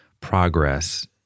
progress